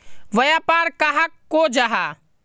व्यापार कहाक को जाहा?